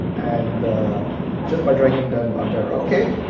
and just by dragging them up there. ok.